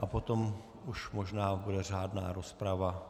A potom už možná bude řádná rozprava.